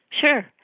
Sure